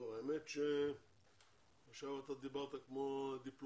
טוב, האמת שעכשיו אתה דיברת כמו דיפלומט.